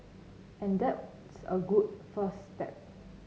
and that's a good first step